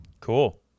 cool